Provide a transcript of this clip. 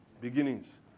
beginnings